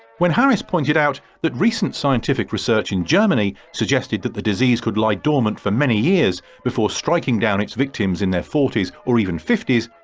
when harris pointed out that recent scientific research in germany suggested that the disease could lie dormant for many years before striking down its victims in their forties or fifties,